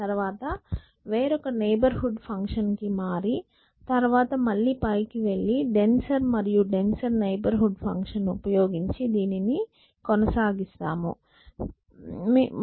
తర్వాత వేరొక నైబర్హూడ్ ఫంక్షన్కు మారి తర్వాత మళ్ళీ పైకి వెళ్లి డెన్సర్ మరియు డెన్సర్ నైబర్ హూడ్ ఫంక్షన్ ను ఉపయోగించి దీనిని కొనసాగిస్తాము